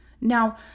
Now